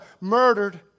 murdered